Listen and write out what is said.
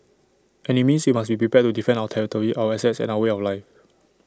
and IT means we must be prepared to defend our territory our assets and our way of life